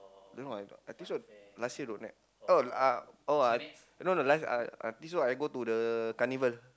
don't know ah I think so last year don't have oh uh oh no no last uh I think so I go to the carnival